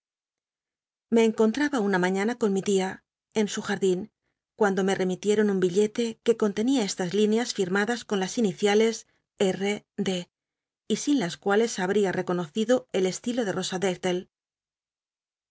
me encontraba una maiiana con mi tia en su jardín cuando me remitieron un billete uc contenía estas lineas firmadas con las iniciales n d y sin las cuales habría reconocido el estilo ele